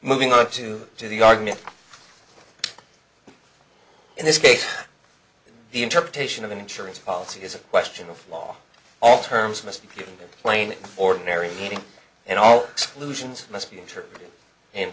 moving on to to the argument in this case the interpretation of an insurance policy is a question of law all terms must be plain ordinary meaning and all exclusions must be in